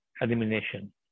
elimination